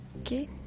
Okay